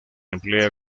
emplea